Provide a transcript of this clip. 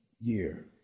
year